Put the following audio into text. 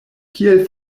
kiel